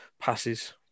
passes